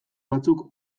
batzuk